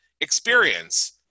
experience